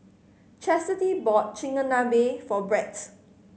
Chastity bought Chigenabe for Brett